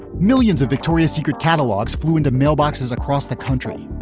millions of victoria's secret catalogs flew into mailboxes across the country.